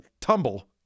tumble